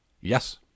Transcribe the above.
Yes